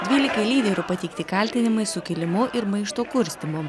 dvylikai lyderių pateikti kaltinimai sukilimu ir maišto kurstymu